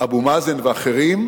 אבו מאזן ואחרים,